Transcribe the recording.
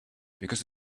because